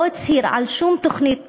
לא הצהיר על שום תוכנית פעולה,